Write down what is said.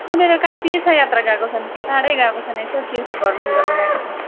उनीहरू कहीँ तीर्थ यात्रा गएको छन् टाढै गएको छन् यसो तीर्थ भ्रमण गर्नु गएको छन्